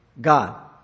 God